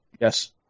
Yes